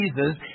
Jesus